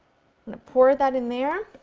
pour that in there.